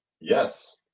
yes